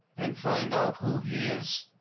and find out who he is,